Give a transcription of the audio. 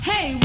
Hey